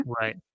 Right